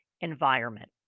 environment